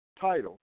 title